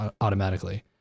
automatically